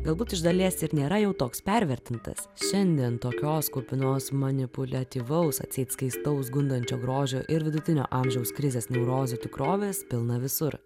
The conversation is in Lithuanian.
galbūt iš dalies ir nėra jau toks pervertintas šiandien tokios kupinos manipuliuo tylaus atseit skaistaus gundančio grožio ir vidutinio amžiaus krizės niūrios tikrovės pilna visur